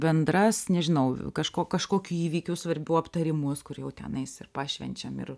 bendras nežinau kažko kažkokių įvykių svarbių aptarimus kur jau tenais ir pašvenčiam ir